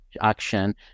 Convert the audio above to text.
action